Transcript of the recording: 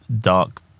dark